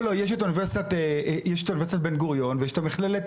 יש את אוניברסיטת בן גוריון ואת מכללת